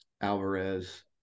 Alvarez